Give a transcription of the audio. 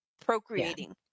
procreating